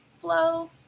flow